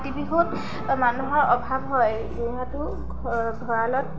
কাতি বিহুত মানুহৰ অভাৱ হয় যিহেতু ভঁৰালত